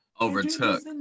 overtook